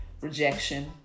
rejection